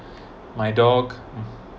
my dog